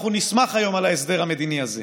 אנחנו נשמח היום על ההסדר המדיני הזה,